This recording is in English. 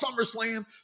SummerSlam